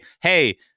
hey